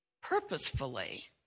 purposefully